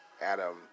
Adam